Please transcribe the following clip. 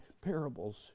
parables